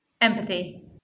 Empathy